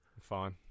Fine